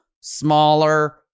Smaller